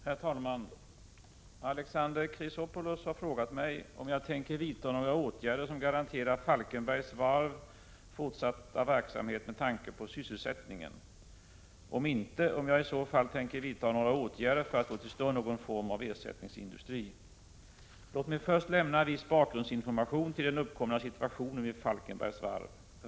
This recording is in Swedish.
Herr talman! Alexander Chrisopoulos har frågat mig 1. om jag tänker vidta några åtgärder som garanterar Falkenbergs Varv AB:s fortsatta verksamhet med tanke på sysselsättningen, och 2. om inte, om jag i så fall tänker vidta några åtgärder för att få till stånd någon form av ersättningsindustri. Låt mig först lämna viss bakgrundsinformation till den uppkomna situationen vid Falkenbergs Varv.